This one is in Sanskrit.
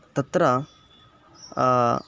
तत्र